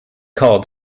called